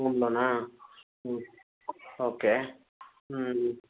ohm ಲೋನಾ ಹ್ಞೂ okay ಹ್ಞೂ